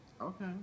Okay